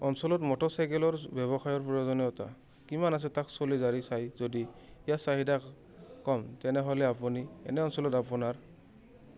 অঞ্চলত মটৰচাইকেলৰ ব্যৱসায়ৰ প্ৰয়োজনীয়তা কিমান আছে তাক চলি জাৰি চায় যদি ইয়াৰ চাহিদা ক'ম তেনেহ'লে আপুনি এনে অঞ্চলত আপোনাৰ